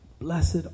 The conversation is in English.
blessed